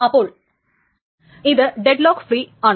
അപ്പോൾ ഇത് deadlock free ആണ്